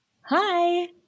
Hi